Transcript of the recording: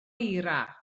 eira